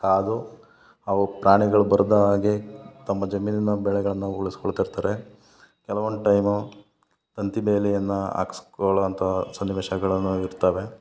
ಕಾಯ್ದು ಅವು ಪ್ರಾಣಿಗಳು ಬರದ ಹಾಗೆ ತಮ್ಮ ಜಮೀನಿನ ಬೆಳೆಗಳನ್ನು ಉಳಿಸ್ಕೊಳ್ತಾ ಇರ್ತಾರೆ ಕೆಲವೊಂದು ಟೈಮು ತಂತಿ ಬೇಲಿಯನ್ನು ಹಾಕ್ಸ್ಕೊಳ್ಳುವಂತಹ ಸನ್ನಿವೇಶಗಳನ್ನು ಇರ್ತವೆ